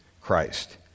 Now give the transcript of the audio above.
Christ